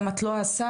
גם את לא השר,